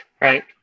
right